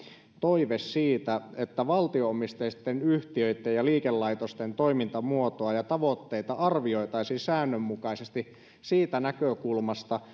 toive siitä että valtio omisteisten yhtiöitten ja liikelaitosten toimintamuotoa ja tavoitteita arvioitaisiin säännönmukaisesti siitä näkökulmasta